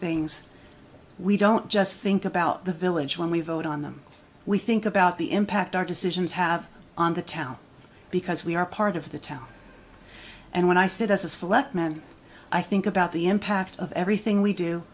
things we don't just think about the village when we vote on them we think about the impact our decisions have on the town because we are part of the town and when i sit as a selectman i think about the impact of everything we do